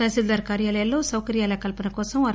తహసీల్గార్ కార్యాలయాల్లో సౌకర్యాల కల్సన కోసం రూ